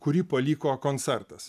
kurį paliko koncertas